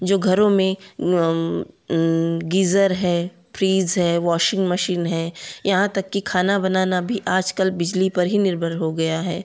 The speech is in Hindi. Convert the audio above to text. जो घरों में गीज़र है फ्रिज़ है वॉशिंग मशीन है यहाँ तक कि खाना बनाना भी आजकल बिजली पर ही निर्भर हो गया है